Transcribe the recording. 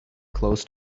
close